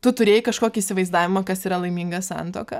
tu turėjai kažkokį įsivaizdavimą kas yra laiminga santuoka